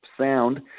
sound